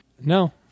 no